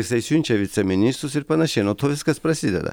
jisai siunčia viceministrus ir panašiai nuo to viskas prasideda